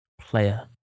player